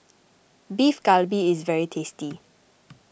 Beef Galbi is very tasty